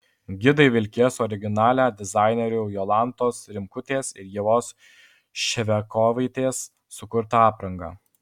gidai vilkės originalia dizainerių jolantos rimkutės ir ievos ševiakovaitės sukurta apranga